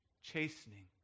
chastening